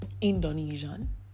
Indonesian